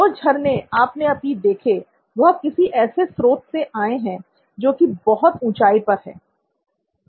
जो झरने आपने अभी देखें वह किसी ऐसे स्रोत से आए हैं जो कि बहुत ऊंचाई पर है